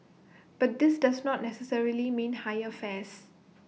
but this does not necessarily mean higher fares